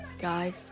guys